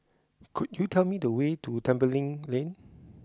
could you tell me the way to Tembeling Lane